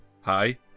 Hi